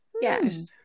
Yes